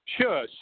Sure